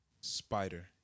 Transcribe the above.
spider